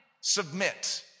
submit